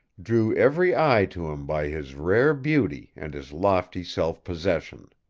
drew every eye to him by his rare beauty and his lofty self-possession.